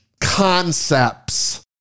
concepts